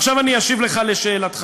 עכשיו אני אשיב לך על שאלתך.